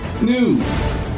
news